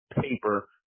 paper